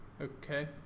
Okay